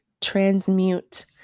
transmute